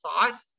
thoughts